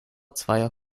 zweier